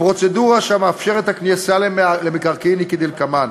הפרוצדורה שמאפשרת את הכניסה למקרקעין היא כדלקמן: